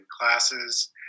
classes